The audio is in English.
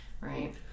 right